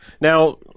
Now